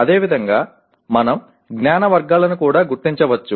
అదేవిధంగా మనం జ్ఞాన వర్గాలను కూడా గుర్తించవచ్చు